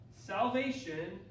salvation